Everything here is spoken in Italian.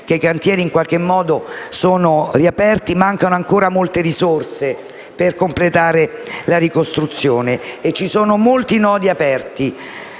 che i cantieri sono riaperti, mancano ancora molte risorse per completare la ricostruzione e restano molti nodi aperti.